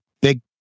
big